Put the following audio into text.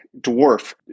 dwarf